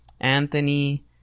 Anthony